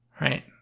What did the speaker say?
Right